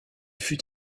fut